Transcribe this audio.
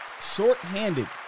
Short-handed